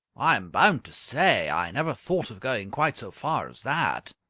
i am bound to say i never thought of going quite so far as that.